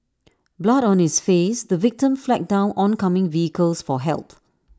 blood on his face the victim flagged down oncoming vehicles for help